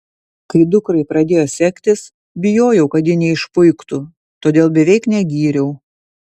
kai dukrai pradėjo sektis bijojau kad ji neišpuiktų todėl beveik negyriau